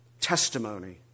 testimony